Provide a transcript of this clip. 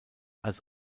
als